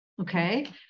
Okay